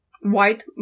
White